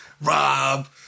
Rob